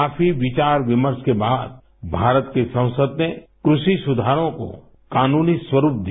काफी विचार विमर्श के बाद भारत की संसद ने कृषि सुधारों को कानूनी स्वरुप दिया